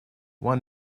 one